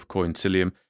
Coincilium